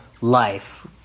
life